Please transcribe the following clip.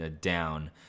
down